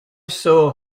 saw